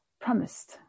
promised